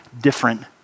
different